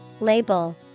Label